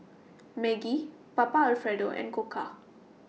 Maggi Papa Alfredo and Koka